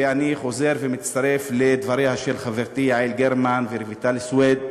ואני חוזר ומצטרף לדבריהן של חברותי יעל גרמן ורויטל סויד,